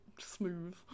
smooth